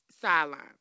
sideline